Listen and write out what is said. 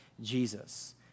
Jesus